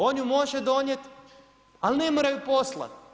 On ju može donijeti ali ne mora ju poslat.